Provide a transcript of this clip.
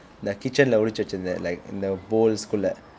the kitchen ஒளித்து வைத்துருந்தேன்:olitthu vaitthirunthen like the bowls குல்லை:kullai